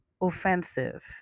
offensive